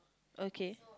okay